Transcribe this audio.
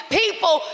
people